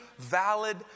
Valid